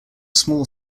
small